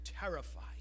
terrified